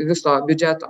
viso biudžeto